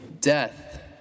Death